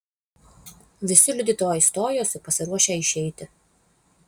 visi liudytojai stojosi pasiruošę išeiti